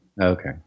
Okay